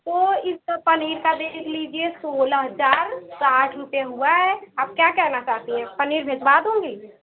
तो इस पनीर का देख लीजिए सोलह हजार साठ रुपये हुआ है आप क्या कहना चाहती हैं पनीर भिजवा दूँगी